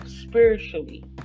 spiritually